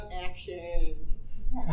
actions